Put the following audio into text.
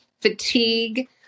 fatigue